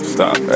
Stop